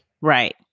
Right